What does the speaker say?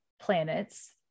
planets